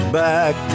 back